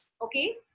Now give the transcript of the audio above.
Okay